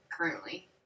currently